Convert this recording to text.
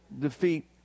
defeat